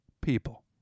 People